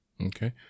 Okay